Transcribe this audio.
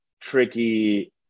tricky